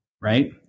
right